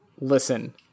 Listen